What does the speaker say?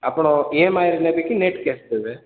ଆପଣ ଇଏମଆଇରେ ନେବେ କି ନେଟ୍ କ୍ୟାସ୍ ଦେବେ